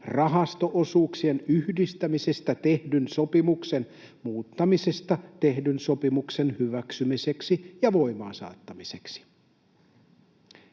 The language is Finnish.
rahasto-osuuksien yhdistämisestä tehdyn sopimuksen muuttamisesta tehdyn sopimuksen hyväksymiseksi ja voimaansaattamiseksi